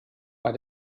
bei